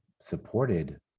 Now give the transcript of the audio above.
supported